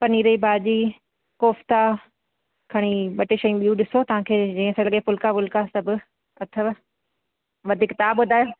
पनीर जी भाॼी कोफ़्ता खणी ॿ टे शयूं ॿियूं ॾिसो तव्हांखे जे इन सां गॾु फ़ुल्का ॿुल्का सभु अथव वधीक तव्हां ॿुधायो